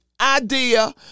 idea